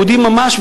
יהודים ממש,